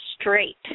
straight